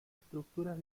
estructuras